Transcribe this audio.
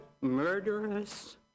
murderous